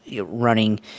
Running